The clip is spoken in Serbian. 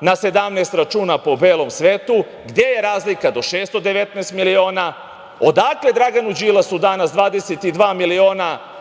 na 17 računa po belom svetu, gde je razlika do 619 miliona, odakle Draganu Đilasu danas 22 miliona